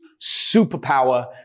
superpower